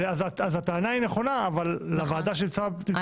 הוועדה היא נכונה אבל לא כאן.